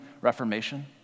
Reformation